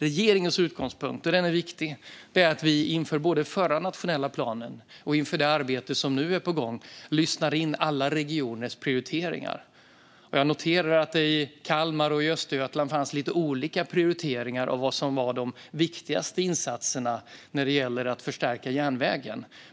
Regeringens utgångspunkt - den är viktig - är att vi både inför den förra nationella planen och inför det arbete som nu är på gång lyssnar in alla regioners prioriteringar. Jag noterar att det i Kalmar och Östergötland fanns lite olika prioriteringar av vad som var de viktigaste insatserna när det gäller att förstärka järnvägen.